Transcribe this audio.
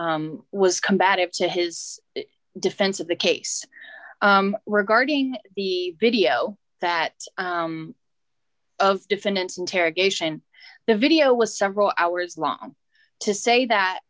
was combative to his defense of the case regarding the video that defendant interrogation the video was several hours long to say that